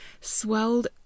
swelled